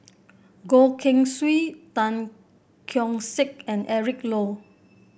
Goh Keng Swee Tan Keong Saik and Eric Low